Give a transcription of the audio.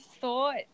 thought